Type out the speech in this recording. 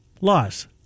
Loss